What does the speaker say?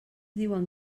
diuen